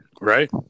Right